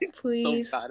please